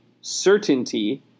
certainty